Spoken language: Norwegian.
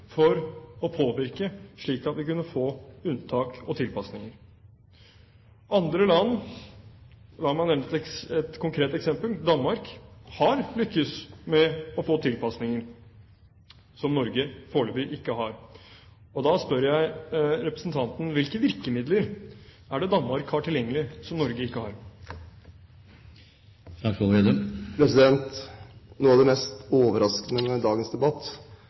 for å påvirke, slik at vi kunne få unntak og tilpasninger. Andre land – la meg nevne et konkret eksempel: Danmark – har lyktes med å få tilpasninger, som Norge foreløpig ikke har. Og da spør jeg representanten: Hvilke virkemidler er det Danmark har tilgjengelig som Norge ikke har? Noe av det mest overraskende med dagens debatt